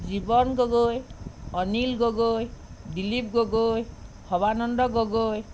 জীৱন গগৈ অনিল গগৈ দিলীপ গগৈ সবানন্দ গগৈ